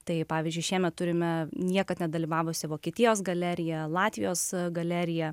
tai pavyzdžiui šiemet turime niekad nedalyvavusi vokietijos galerija latvijos galerija